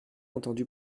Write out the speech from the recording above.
entendu